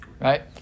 right